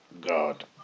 God